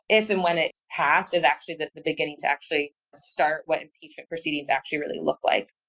if and when it's passed, is actually the the beginning to actually start what impeachment proceedings actually really look like.